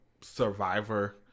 survivor